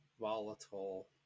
volatile